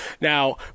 Now